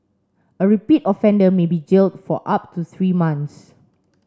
a repeat offender may be jailed for up to three months